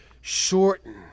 shorten